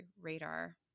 radar